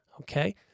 Okay